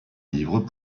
livres